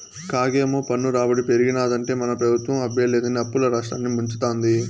కాగేమో పన్ను రాబడి పెరిగినాదంటే మన పెబుత్వం అబ్బే లేదని అప్పుల్ల రాష్ట్రాన్ని ముంచతాంది